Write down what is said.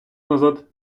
назад